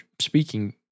speaking